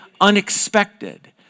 unexpected